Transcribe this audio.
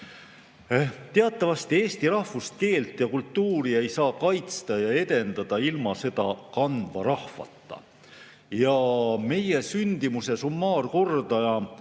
Teatavasti eesti rahvust, keelt ja kultuuri ei saa kaitsta ja edendada ilma seda kandva rahvata. Meie sündimuse summaarkordaja